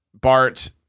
Bart